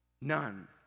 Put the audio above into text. none